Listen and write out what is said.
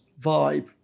vibe